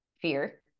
fear